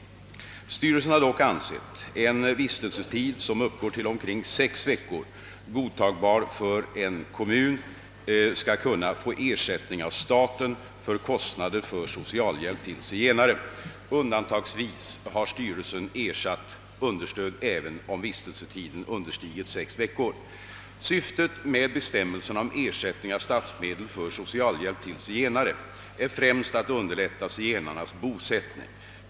Styrelsen har dock ansett en vistelsetid, som uppgår till omkring sex veckor, godtagbar för att en kommun skall kunna få ersättning av staten för kostnader för socialhjälp till zigenare. Undantagsvis har styrelsen ersatt understöd även om vistelsetiden understigit sex veckor. Syftet med bestämmelserna om ersättning av statsmedel för socialhjälp till zigenare är främst att underlätta zigenarnas bosättning.